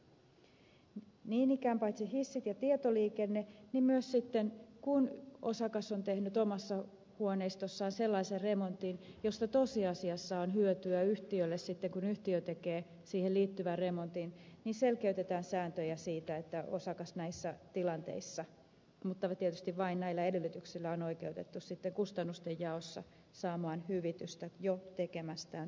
niin ikään paitsi hissit ja tietoliikenne niin myös sitten kun osakas on tehnyt omassa huoneistossaan sellaisen remontin josta tosiasiassa on hyötyä yhtiölle sitten kun yhtiö tekee siihen liittyvän remontin niin selkeytetään sääntöjä siitä että osakas näissä tilanteissa mutta tietysti vain näillä edellytyksillä on oikeutettu sitten kustannustenjaossa saamaan hyvitystä jo tekemästään työstä